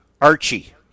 Archie